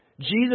Jesus